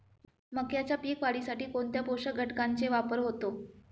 मक्याच्या पीक वाढीसाठी कोणत्या पोषक घटकांचे वापर होतो?